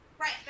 Right